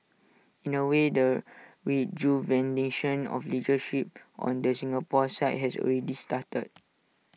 in A way the rejuvenation of leadership on the Singapore side has already started